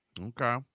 Okay